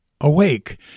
Awake